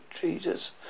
Jesus